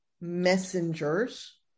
messengers